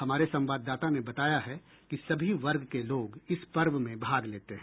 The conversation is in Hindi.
हमारे संवाददाता ने बताया है कि सभी वर्ग के लोग इस पर्व में भाग लेते है